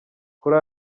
kuri